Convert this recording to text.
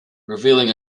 revealing